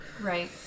Right